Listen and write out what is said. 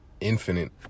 infinite